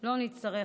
לא נצטרך,